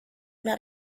not